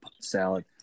salad